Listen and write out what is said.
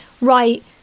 right